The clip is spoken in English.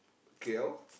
K_L